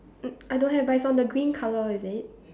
n~ I don't have but it's on the green colour is it